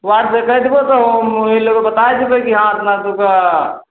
WhatsApp कइ देबो तो हम ओहि लागे बताइ देबै कि हाँ एतना तोका